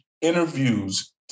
interviews